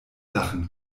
lachen